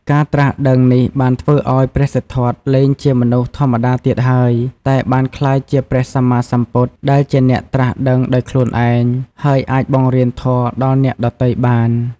ការត្រាស់ដឹងនេះបានធ្វើឱ្យព្រះសិទ្ធត្ថលែងជាមនុស្សធម្មតាទៀតហើយ តែបានក្លាយជាព្រះសម្មាសម្ពុទ្ធ ដែលជាអ្នកត្រាស់ដឹងដោយខ្លួនឯង ហើយអាចបង្រៀនធម៌ដល់អ្នកដទៃបាន។